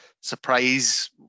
surprise